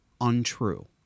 untrue